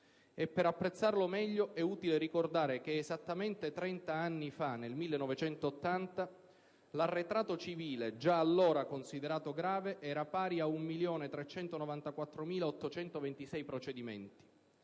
Per apprezzarlo meglio è utile ricordare che esattamente trent'anni fa, nel 1980, l'arretrato civile, già allora considerato grave, era pari a 1.394.826 procedimenti.